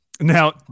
Now